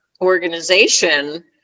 organization